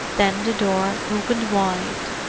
then the door opened wide,